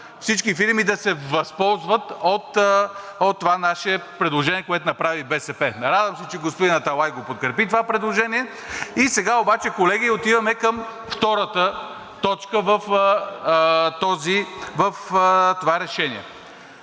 всички фирми да се възползват от това наше предложение, което направи БСП. Радвам се, че господин Аталай го подкрепи това предложение. И сега обаче, колеги, отиваме към втората точка в това решение.